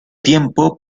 tiempo